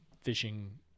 fishing